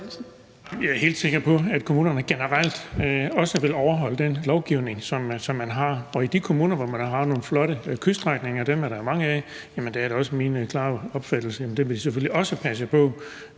Jeg er helt sikker på, at kommunerne generelt også vil overholde den lovgivning, som man har. I de kommuner, hvor man har nogle flotte kyststrækninger – dem er der mange af – er det også min klare opfattelse at dem vil de selvfølgelig passe på.